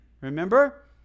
Remember